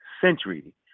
century